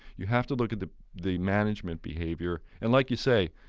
you have to look at the the management behavior, and like you say,